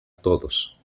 todos